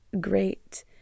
great